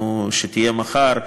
שתהיה מחר,